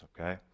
okay